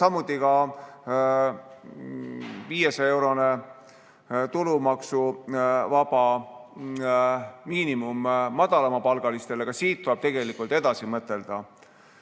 samuti 500‑eurone tulumaksuvaba miinimum madalapalgalistele. Siit tuleb edasi mõelda.